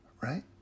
right